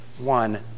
one